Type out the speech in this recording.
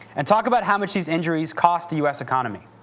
and talk about how much these injuries cost the u s. economy.